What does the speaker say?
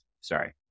sorry